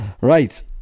Right